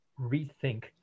rethink